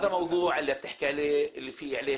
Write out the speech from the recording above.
צריך לזכור שתעודת מעבר היא מסמך ליציאה מן הארץ,